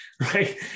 right